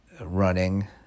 running